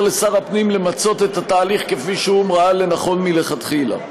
לשר הפנים למצות את התהליך כפי שהוא ראה לנכון מלכתחילה.